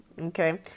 Okay